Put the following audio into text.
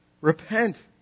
repent